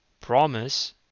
promise